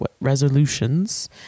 resolutions